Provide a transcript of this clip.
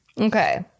Okay